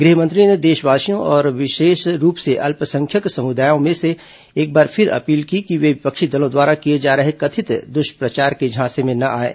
गृह मंत्री ने देशवासियों और विशेष रूप से अल्पसंख्य्यक समुदायों से एक बार फिर अपील की कि वे विपक्षी दलों द्वारा किए जा रहे कथित दुष्प्रचार के झांसे में ना आएं